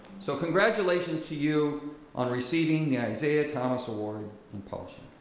so congratulations to you on receiving the isaiah thomas award in publishing.